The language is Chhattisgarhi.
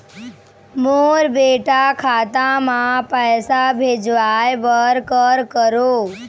मोर बेटा खाता मा पैसा भेजवाए बर कर करों?